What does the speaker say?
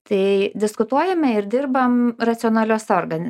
tai diskutuojame ir dirbam racionaliose organ